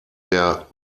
der